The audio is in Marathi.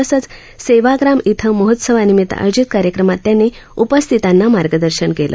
तसंच सेवाग्राम इथं महोत्सवानिमित्त आयोजित कार्यक्रमात त्यांनी उपस्थितांना मार्गदर्शन केलं